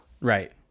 Right